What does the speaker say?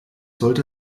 sollte